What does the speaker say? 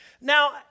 Now